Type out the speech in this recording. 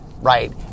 right